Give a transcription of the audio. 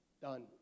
done